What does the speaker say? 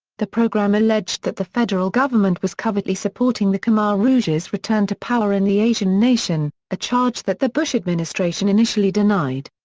the program alleged that the federal government was covertly supporting the khmer rouge's return to power in the asian nation, a charge that the bush administration initially denied.